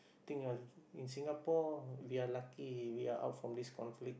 think of in Singapore we are lucky we are out from this conflict